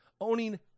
owning